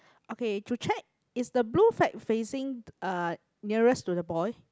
okay to check is the blue flag facing uh nearest to the boy